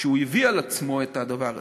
שהוא הביא על עצמו את הדבר הזה.